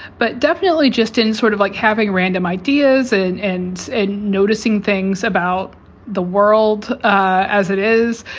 but definitely just in sort of like having random ideas and and and noticing things about the world as it is,